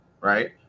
Right